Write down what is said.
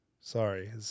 Sorry